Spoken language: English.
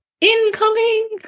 incoming